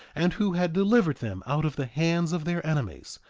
and who had delivered them out of the hands of their enemies,